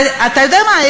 אתה יודע מה?